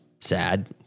sad